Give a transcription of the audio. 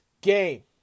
game